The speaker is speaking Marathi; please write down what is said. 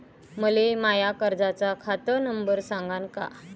मले माया कर्जाचा खात नंबर सांगान का?